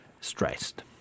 stressed